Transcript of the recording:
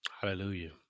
Hallelujah